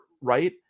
right